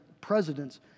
presidents